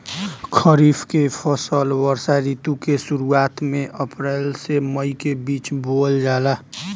खरीफ के फसल वर्षा ऋतु के शुरुआत में अप्रैल से मई के बीच बोअल जाला